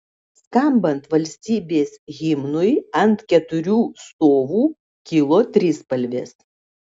skambant valstybės himnui ant keturių stovų kilo trispalvės